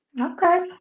Okay